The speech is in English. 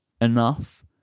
enough